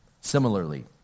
Similarly